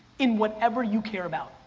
in whatever you care about.